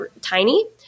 tiny